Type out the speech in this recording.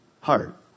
heart